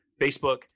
Facebook